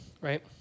right